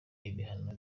ibihano